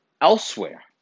elsewhere